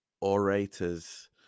orators